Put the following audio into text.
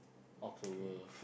October